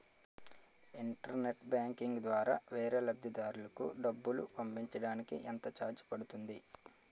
Internet banking ద్వారా వేరే లబ్ధిదారులకు డబ్బులు పంపించటానికి ఎంత ఛార్జ్ పడుతుంది?